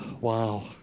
Wow